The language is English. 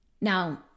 Now